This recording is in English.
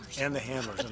and the handlers.